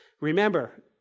Remember